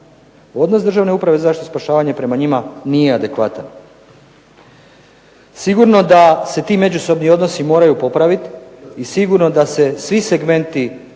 Odnos državne uprave za zaštitu i spašavanje prema njima nije adekvatan. Sigurno da se ti međusobni odnosi moraju popratiti, i sigurno da se svi segmenti